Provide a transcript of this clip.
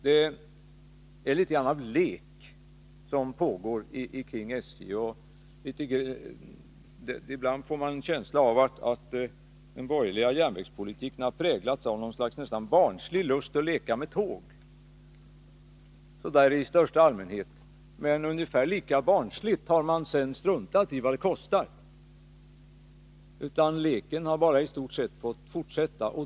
Det är litet av lek som pågår kring SJ, och ibland får man en känsla av att den borgerliga järnvägspolitiken har präglats av något slags nästan barnslig lust att leka med tåg, så där i största allmänhet, men ungefär lika barnsligt har man sedan struntat i vad det kostar. Leken har bara i stort sett fått fortsätta.